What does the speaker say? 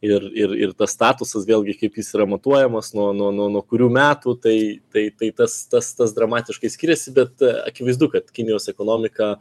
ir ir ir tas statusas vėlgi kaip jis yra matuojamas nuo nuo nuo nuo kurių metų tai tai tai tas tas tas dramatiškai skiriasi bet akivaizdu kad kinijos ekonomika